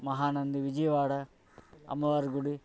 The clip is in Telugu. మహానంది విజయవాడ అమ్మవారి గుడి